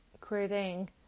creating